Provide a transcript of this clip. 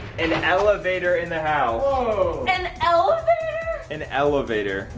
and an elevator in the house. an elevator? an elevator.